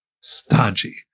stodgy